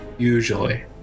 Usually